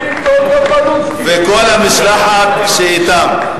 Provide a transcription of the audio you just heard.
(מחיאות כפיים) וכל המשלחת שאתם.